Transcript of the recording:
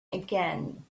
again